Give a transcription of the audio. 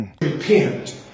Repent